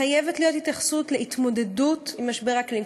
חייבת להיות התייחסות להתמודדות עם משבר האקלים,